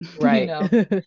Right